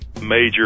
major